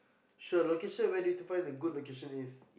sure okay sure where do you find the good location is